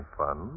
fun